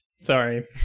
Sorry